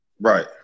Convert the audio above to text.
Right